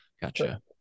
Gotcha